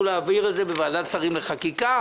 להעביר את זה בוועדת השרים לענייני חקיקה.